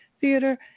theater